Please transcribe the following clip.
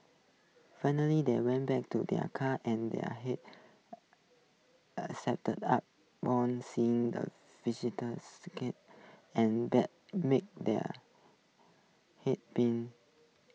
finally they went back to their car and their hearts up one seeing the and that make there had been